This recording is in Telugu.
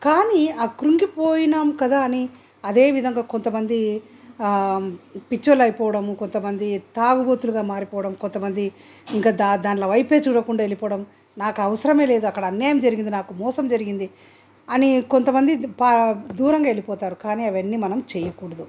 కానీ ఆ కృంగిపోయాము కదా అని అదే విధంగా కొంత మంది పిచ్చోళ్ళు అయిపోవడము కొంత మంది తాగుబోతులుగా మారిపోవడం కొంత మంది ఇంకా దా దాన్ల వైపే చూడకుండా వెళ్ళిపోవడం నాకు అవసరమే లేదు అక్కడ అన్యాయం జరిగింది నాకు మోసం జరిగింది అని కొంత మంది ప దూరంగా వెళ్ళిపోతారు కానీ అవన్నీ మనం చేయకూడదు